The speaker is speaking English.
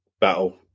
battle